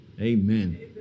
Amen